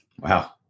Wow